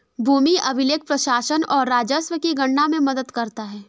भूमि अभिलेख प्रशासन और राजस्व की गणना में मदद करता है